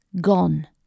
Gone